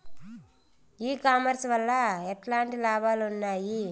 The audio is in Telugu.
ఈ కామర్స్ వల్ల ఎట్లాంటి లాభాలు ఉన్నాయి?